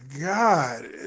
God